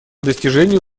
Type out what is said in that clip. достижению